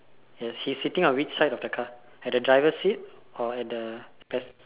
yes he is sitting at which side of the car at the driver or at the space